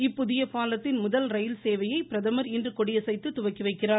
இப்புதிய பாலத்தின் முதல் ரயில் சேவையை பிரதமர் இன்று கொடியசைத்து துவக்கிவைக்கிறார்